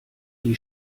die